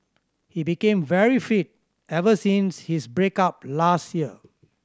he became very fit ever since his break up last year